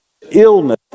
illness